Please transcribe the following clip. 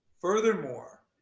Furthermore